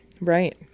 Right